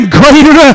greater